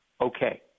okay